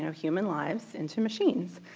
human lives into machines,